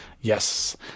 Yes